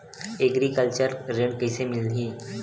Agriculture ऋण कइसे मिलही?